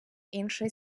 інший